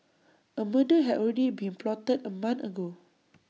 A murder had already been plotted A month ago